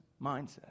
mindset